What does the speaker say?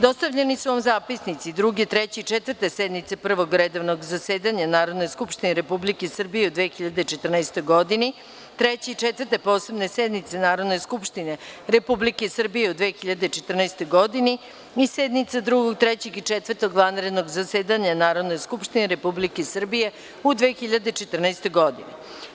Dostavljeni su vam zapisnici: Druge, Treće i Četvrte sednice Prvog redovnog zasedanja Narodne skupštine Republike Srbije u 2014. godini, Treće i Četvrte posebne sednice Narodne skupštine Republike Srbije u 2014. godini i sednica Drugog, Trećeg i Četvrtog vanrednog zasedanja Narodne skupštine Republike Srbije u 2014. godini.